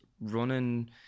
running